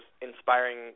inspiring